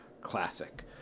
classic